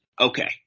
okay